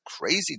crazy